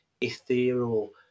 ethereal